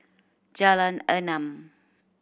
Jalan Enam